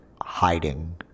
hiding